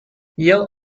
yell